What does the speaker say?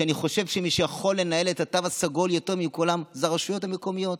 אני חושב שמי שיכול לנהל את התו הסגול יותר מכולם זה הרשויות המקומיות.